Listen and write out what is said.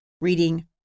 reading